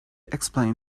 explain